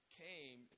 came